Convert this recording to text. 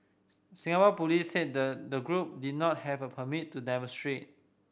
Singapore police said the the group did not have a permit to demonstrate